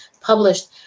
published